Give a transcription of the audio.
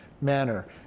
manner